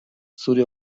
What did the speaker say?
zure